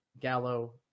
gallo